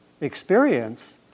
Experience